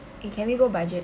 eh can we go budget